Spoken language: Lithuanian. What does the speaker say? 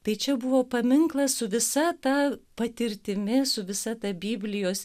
tai čia buvo paminklas su visa ta patirtimi su visa ta biblijos